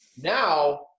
Now